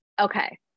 okay